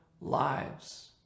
lives